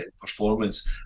performance